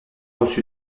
reçu